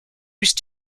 used